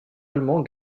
allemands